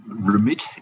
Remit